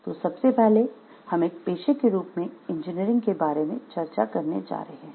तो सबसे पहले हम एक पेशे के रूप में इंजीनियरिंग के बारे में चर्चा करने जा रहे हैं